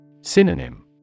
Synonym